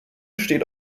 steht